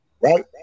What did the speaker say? right